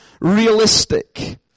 realistic